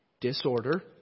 disorder